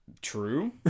True